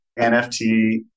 NFT